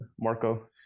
marco